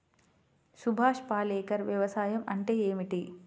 సుభాష్ పాలేకర్ వ్యవసాయం అంటే ఏమిటీ?